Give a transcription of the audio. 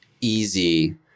easy